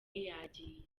yagiye